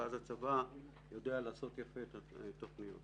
ואז הצבא יודע לעשות יפה תוכניות.